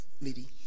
lady